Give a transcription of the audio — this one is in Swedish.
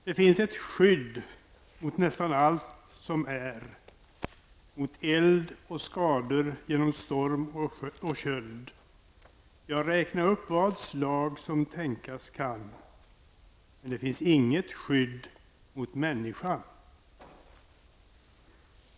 Herr talman! ''Det finns ett skydd mot nästan allt som är ja räkna upp vad slag som tänkas kan. Men det finns inget skydd mot människan.''